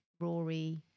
Rory